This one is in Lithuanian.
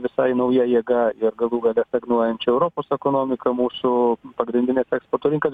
visai nauja jėga ir galų gale stagnuojančia europos ekonomika mūsų pagrindines eksporto rinkas